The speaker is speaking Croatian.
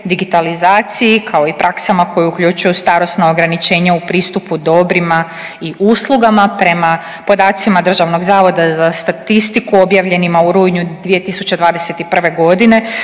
digitalizaciji kao i praksama koje uključuju starosno ograničenje u pristupu dobrima i uslugama prema podacima Državnog zavoda za statistiku objavljenima u rujnu 2021. godine.